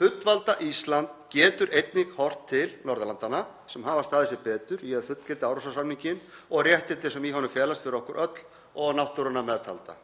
Fullvalda Ísland getur einnig horft til Norðurlandanna sem hafa staðið sig betur í að fullgilda Árósasamninginn og réttindin sem í honum felast fyrir okkur öll og náttúruna meðtalda.